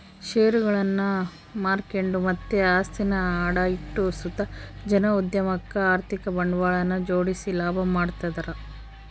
ಷೇರುಗುಳ್ನ ಮಾರ್ಕೆಂಡು ಮತ್ತೆ ಆಸ್ತಿನ ಅಡ ಇಟ್ಟು ಸುತ ಜನ ಉದ್ಯಮುಕ್ಕ ಆರ್ಥಿಕ ಬಂಡವಾಳನ ಜೋಡಿಸಿ ಲಾಭ ಮಾಡ್ತದರ